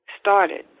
started